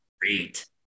great